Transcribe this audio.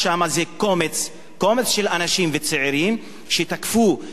קומץ של אנשים וצעירים שתקפו כמה עובדים אפריקנים.